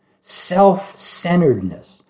self-centeredness